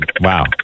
Wow